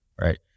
right